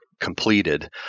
completed